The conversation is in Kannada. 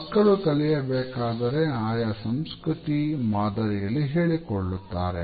ಮಕ್ಕಳು ಕಲಿಯಬೇಕಾದರೆ ಆಯಾ ಸಂಸ್ಕೃತಿ ಮಾದರಿಯಲ್ಲಿ ಹೇಳಿಕೊಳ್ಳುತ್ತಾರೆ